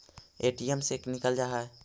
ATM से निकल जा है?